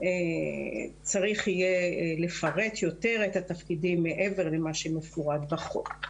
צריך יהיה לפרט יותר את התפקידים מעבר למה שמפורט בחוק.